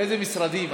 איזה משרדים.